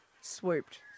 Swooped